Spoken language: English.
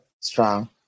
Strong